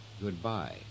Goodbye